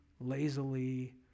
lazily